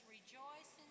rejoice